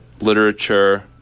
Literature